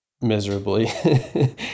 miserably